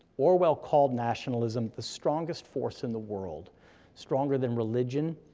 orwell called nationalism the strongest force in the world stronger than religion,